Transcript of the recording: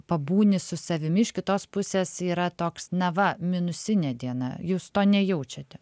pabūni su savimi iš kitos pusės yra toks na va minusinė diena jūs to nejaučiate